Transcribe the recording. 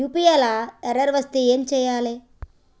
UPI లా error వస్తే ఏం చేయాలి?